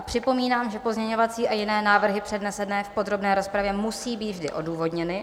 Připomínám, že pozměňovací a jiné návrhy přednesené v podrobné rozpravě musí být vždy odůvodněny.